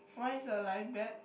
why is your life bad